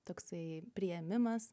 toksai priėmimas